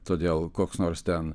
todėl koks nors ten